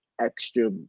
extra